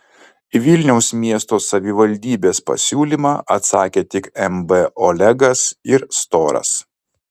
į vilniaus miesto savivaldybės pasiūlymą atsakė tik mb olegas ir storas